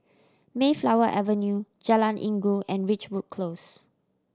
Mayflower Avenue Jalan Inggu and Ridgewood Close